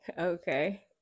okay